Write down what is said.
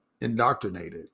indoctrinated